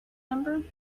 number